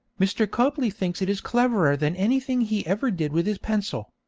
mr. copley thinks it is cleverer than anything he ever did with his pencil.